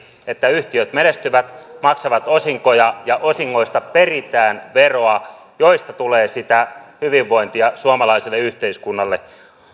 että yhtiöt menestyvät maksavat osinkoja ja osingoista peritään veroa josta tulee sitä hyvinvointia suomalaiselle yhteiskunnalle